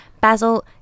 Basil